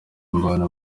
irambona